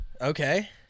Okay